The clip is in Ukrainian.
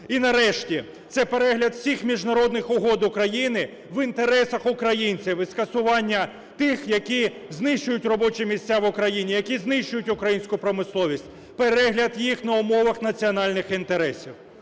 І, нарешті, це перегляд всіх міжнародних угод України в інтересах українців і скасування тих, які знищують робочі місця в Україні, які знищують українську промисловість, перегляд їх на умовах національних інтересів.